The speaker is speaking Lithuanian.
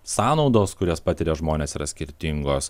sąnaudos kurias patiria žmonės yra skirtingos